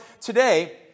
today